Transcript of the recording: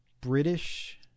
British